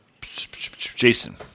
Jason